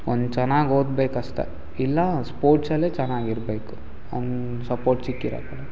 ಒಂದು ಚೆನ್ನಾಗಿ ಓದ್ಬೇಕು ಅಷ್ಟೇ ಇಲ್ಲ ಸ್ಪೋರ್ಟ್ಸಲ್ಲೇ ಚೆನ್ನಾಗಿರ್ಬೇಕು ಹಂಗ್ ಸಪೋರ್ಟ್ ಸಿಕ್ಕಿರೋದ್